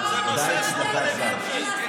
הודעה אישית זה אחרי הצבעה.